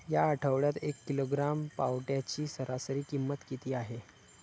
या आठवड्यात एक किलोग्रॅम पावट्याची सरासरी किंमत किती आहे?